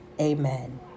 Amen